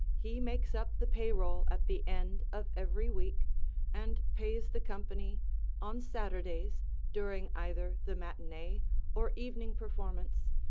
he makes up the payroll at the end of every week and pays the company on saturdays during either the matinee or evening performance,